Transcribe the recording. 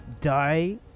Die